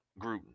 Gruden